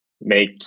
make